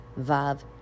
Vav